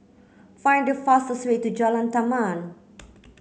find the fastest way to Jalan Taman